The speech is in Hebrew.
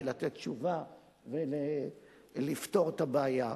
ולתת תשובה ולפתור את הבעיה.